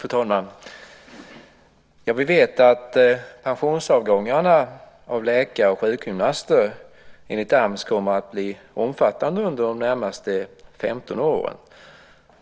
Fru talman! Vi vet att pensionsavgångarna bland läkare och sjukgymnaster enligt AMS kommer att bli omfattande under de närmaste 15 åren.